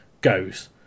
goes